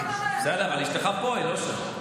בסדר, אבל אשתך פה, היא לא שם.